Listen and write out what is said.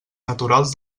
naturals